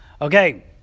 Okay